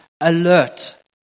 alert